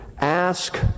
ask